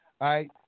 right